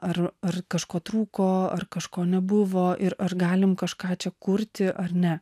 ar ar kažko trūko ar kažko nebuvo ir ar galim kažką čia kurti ar ne